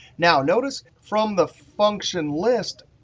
now notice from the function list,